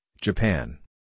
Japan